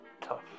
tough